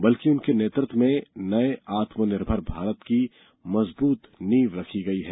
बल्कि उनके नेतृत्व में नये आत्मनिर्भर भारत की मजबूत नीव रखी गई है